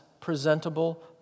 presentable